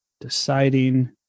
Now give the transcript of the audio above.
deciding